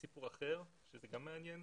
אבל זה סיפור אחר שגם הוא מעניין.